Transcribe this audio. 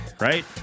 right